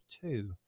two